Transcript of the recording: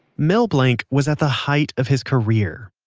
mel blanc was at the height of his career,